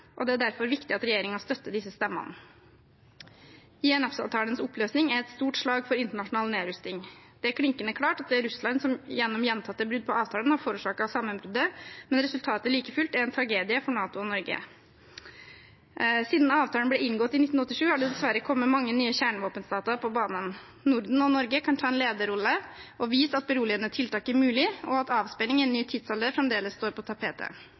og det er derfor viktig at regjeringen støtter disse stemmene. INF-avtalens oppløsning er et stort slag for internasjonal nedrustning. Det er klinkende klart at det er Russland som gjennom gjentatte brudd på avtalen har forårsaket sammenbruddet, men resultatet er like fullt en tragedie for NATO og Norge. Siden avtalen ble inngått i 1987, har det dessverre kommet mange nye kjernevåpenstater på banen. Norden og Norge kan ta en lederrolle og vise at beroligende tiltak er mulig, og at avspenning i en ny tidsalder fremdeles står på tapetet.